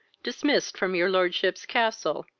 dismissed from your lordship's castle,